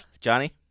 Johnny